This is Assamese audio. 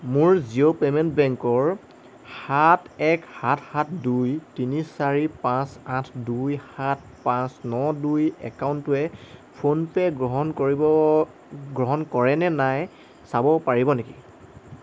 মোৰ জিঅ' পে'মেণ্ট বেংকৰ সাত এক সাত সাত দুই তিনি চাৰি পাঁচ আঠ দুই সাত পাঁচ ন দুই একাউণ্টটোৱে ফোন পে' গ্ৰহণ কৰিব গ্ৰহণ কৰে নে নাই চাব পাৰিব নেকি